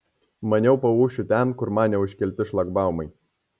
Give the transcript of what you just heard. maniau paūšiu ten kur man neužkelti šlagbaumai